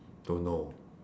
don't know